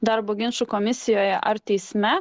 darbo ginčų komisijoje ar teisme